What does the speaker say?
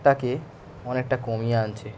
তাকে অনেকটা কমিয়ে আনছে